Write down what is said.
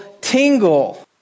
tingle